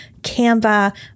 Canva